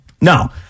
no